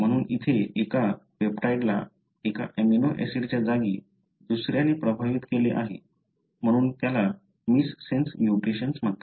म्हणून येथे एका पेस्टाइडला एका अमिनो ऍसिडच्या जागी दुसऱ्याने प्रभावित केले आहे म्हणून त्याला मिससेन्स म्युटेशन्स म्हणतात